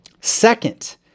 Second